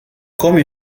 come